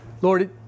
Lord